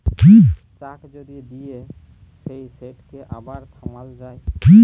cheque যদি দিঁয়ে দেই সেটকে আবার থামাল যায়